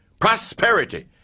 prosperity